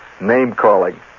name-calling